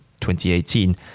2018